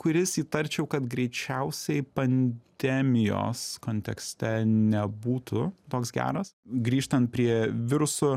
kuris įtarčiau kad greičiausiai pandemijos kontekste nebūtų toks geras grįžtant prie virusų